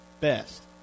best